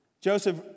Joseph